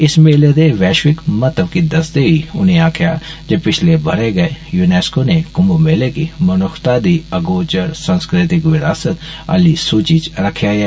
इस मेले दे वैष्विक महत्व गी दस्सदे होई उनें आक्खेआ जे पिछले बरे गै यूनेसको ने कुम्म मेले गी मनुक्खता दी अगोचर सांस्कृतिक विरासत आह्ली सूची च रक्खेआ ऐ